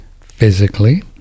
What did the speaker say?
physically